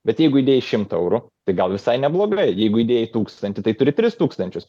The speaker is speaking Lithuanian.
bet jeigu įdėjai šimtą eurų tai gal visai neblogai jeigu įdėjai tūkstantį tai turi tris tūkstančius